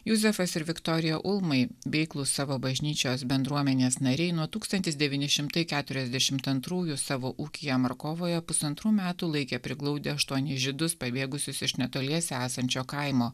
juzefas ir viktorija ulmai veiklūs savo bažnyčios bendruomenės nariai nuo tūkstantis devyni šimtai keturiasdešimt antrųjų savo ūkyje markovoje pusantrų metų laikė priglaudę aštuonis žydus pabėgusius iš netoliese esančio kaimo